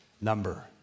number